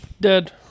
Dead